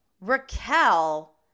Raquel